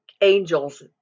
angels